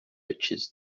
riches